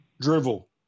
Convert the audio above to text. drivel